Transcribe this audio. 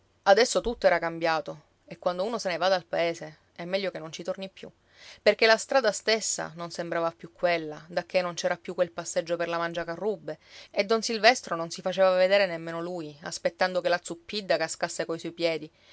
adesso tutto era cambiato e quando uno se ne va dal paese è meglio che non ci torni più perché la strada stessa non sembrava più quella dacché non c'era più quel passeggio per la mangiacarrubbe e don silvestro non si faceva vedere nemmeno lui aspettando che la zuppidda cascasse coi suoi piedi